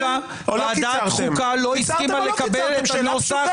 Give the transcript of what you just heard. --- ועדת החוקה לא הסכימה לקבל את הנוסח